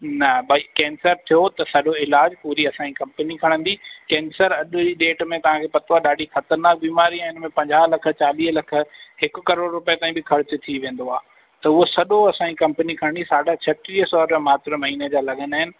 न भई कैंसर थियो त सॼो इलाज़ु पूरी असांजी कंपनी खणंदी कैंसर अॼु जी डेट में तव्हांखे पतो आहे ॾाढी ख़तरनाक बीमारी आहे हिनमें पंजाह लख चालीह लख हिकु करोड़ रुपये ताईं बि ख़र्चु थी वेंदो आहे त उहो सॼो असांजी कंपनी खणंदी साढा छटीह सौ रुपया मात्र महीने जा लॻंदा आहिनि